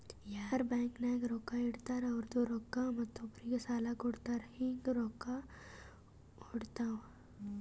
ಯಾರ್ ಬ್ಯಾಂಕ್ ನಾಗ್ ರೊಕ್ಕಾ ಇಡ್ತಾರ ಅವ್ರದು ರೊಕ್ಕಾ ಮತ್ತೊಬ್ಬರಿಗ್ ಸಾಲ ಕೊಡ್ತಾರ್ ಹಿಂಗ್ ರೊಕ್ಕಾ ಒಡ್ಯಾಡ್ತಾವ